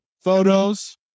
photos